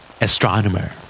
Astronomer